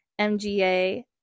mga